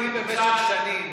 במשך שנים